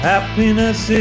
Happiness